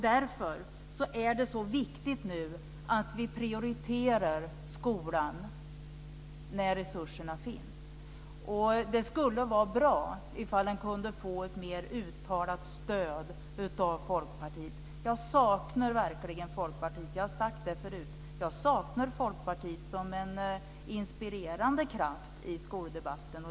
Därför är det så viktigt att vi prioriterar skolan nu när resurserna finns. Det skulle vara bra om vi kunde få ett mer uttalat stöd från Folkpartiet. Jag saknar verkligen Folkpartiet - jag har sagt det förut - som en inspirerande kraft i skoldebatten.